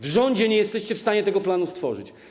W rządzie nie jesteście w stanie tego planu stworzyć.